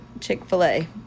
Chick-fil-A